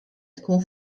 tkun